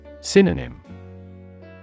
Synonym